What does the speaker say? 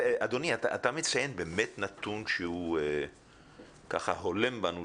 אתה מציין נתון שהולם בנו,